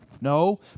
No